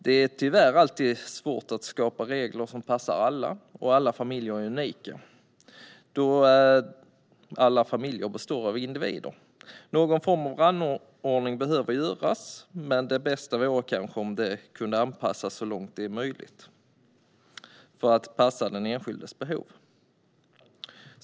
Det är tyvärr alltid svårt att skapa regler som passar alla, och alla familjer är unika eftersom de består av individer. Någon form av rangordning behöver göras, men det bästa vore kanske om det kunde anpassas så långt det är möjligt för att passa den enskildes behov.